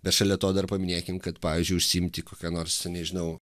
bet šalia to dar paminėkim kad pavyzdžiui užsiimti kokia nors nežinau